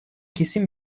kesin